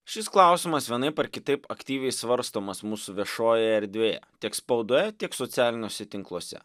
šis klausimas vienaip ar kitaip aktyviai svarstomas mūsų viešojoje erdvėje tiek spaudoje tiek socialiniuose tinkluose